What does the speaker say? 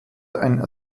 ein